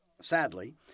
sadly